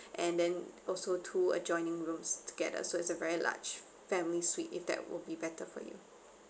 and then also two adjoining rooms together so it's a very large family suite if that will be better for you